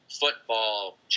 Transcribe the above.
football